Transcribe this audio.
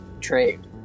trade